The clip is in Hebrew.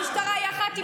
המשטרה היא אחת,